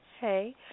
Hey